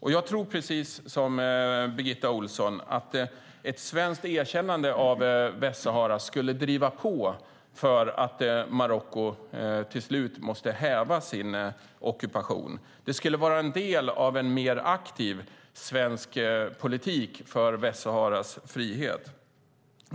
Jag tror precis som Birgitta Ohlsson att ett svenskt erkännande av Västsahara skulle driva på för att Marocko till slut måste häva sin ockupation. Det skulle vara en del av en mer aktiv svensk politik för Västsaharas frihet.